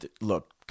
look